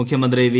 മുഖ്യമന്ത്രി വി